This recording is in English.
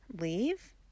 leave